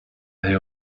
they